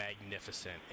magnificent